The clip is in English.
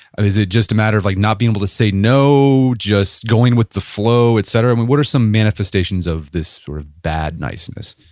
is it just a matter of like not being able to say no. just going with the flow, et cetera? what are some manifestations of this sort of bad niceness?